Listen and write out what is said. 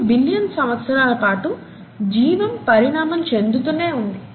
కొన్ని బిలియన్ సంవత్సరాల పాటు జీవం పరిణామం చెందుతూనే ఉంది